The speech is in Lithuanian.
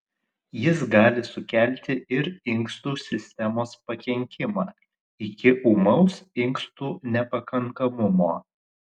jis gali sukelti ir inkstų sistemos pakenkimą iki ūmaus inkstų nepakankamumo